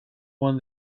won